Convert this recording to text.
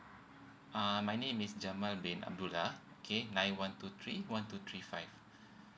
uh my name is jamal bin abdullah okay nine one two three one two three five